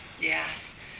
Yes